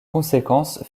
conséquence